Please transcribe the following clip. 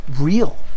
real